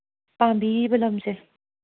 ꯄꯥꯝꯕꯤꯔꯤꯕ ꯂꯝꯁꯦ